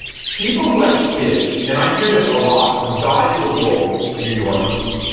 people who have kids and i hear this a lot from dyed in the wool new yorkers.